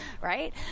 right